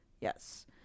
Yes